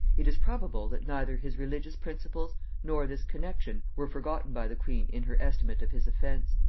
it is probable that neither his religious principles nor this connexion were forgotten by the queen in her estimate of his offence.